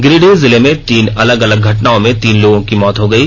गिरिडीह जिले में तीन अलग अलग घटनाओं में तीन लोगों की मौत हो गयी